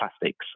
plastics